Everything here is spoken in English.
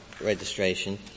registration